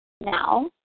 Now